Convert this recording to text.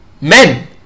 men